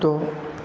द'